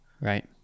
Right